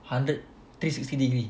hundred three sixty degree